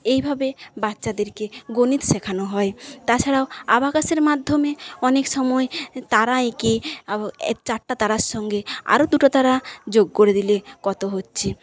এইভাবে বাচ্চাদেরকে গণিত শেখানো হয় তাছাড়াও আবাকাসের মাধ্যমে অনেক সময় তারা এঁকে চারটে তারার সঙ্গে আরও দুটো তারা যোগ করে দিলে কত হচ্ছে